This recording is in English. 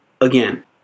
Again